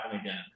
again